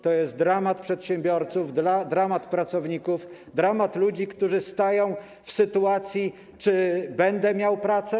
To jest dramat przedsiębiorców, dramat pracowników, dramat ludzi, którzy są w takiej sytuacji: Czy będę miał pracę?